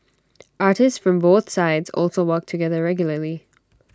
artists from both sides also work together regularly